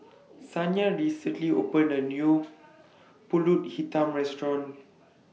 Saniyah recently opened A New Pulut Hitam Restaurant